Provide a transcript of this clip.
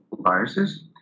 viruses